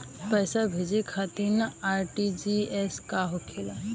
पैसा भेजे खातिर आर.टी.जी.एस का होखेला?